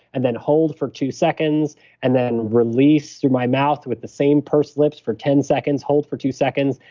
and then hold for two seconds and then release through my mouth with the same pursed lips for ten seconds, hold for two seconds.